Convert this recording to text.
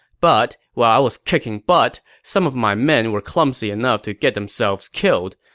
but while i was kicking butt, some of my men were clumsy enough to get themselves killed.